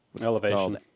Elevation